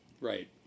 right